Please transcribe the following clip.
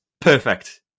Perfect